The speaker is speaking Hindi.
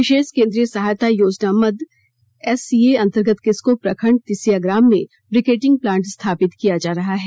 विशेष केंद्रीय सहायता योजनामद एससीए अंतर्गत किस्को प्रखण्ड तिसिया ग्राम में ब्रिकेटिंग प्लांट स्थापित किया जा रहा है